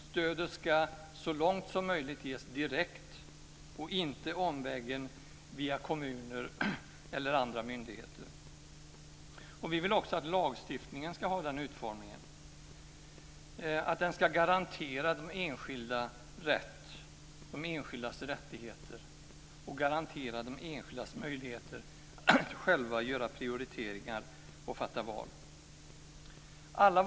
Stödet ska så långt som möjligt ges direkt och inte omvägen via kommuner eller andra myndigheter. Vi vill också att lagstiftningen ska ha den utformningen att den ska garantera de enskildas rättigheter och möjligheter att själva göra prioriteringar och fatta val. Fru talman!